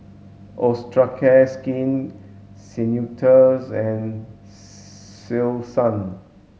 Osteocare Skin Ceuticals and Selsun